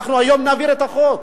אנחנו היום נעביר את החוק,